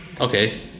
Okay